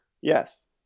yes